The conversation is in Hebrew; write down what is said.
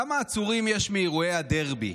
כמה עצורים יש מאירועי הדרבי,